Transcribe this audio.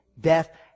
death